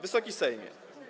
Wysoki Sejmie!